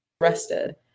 Arrested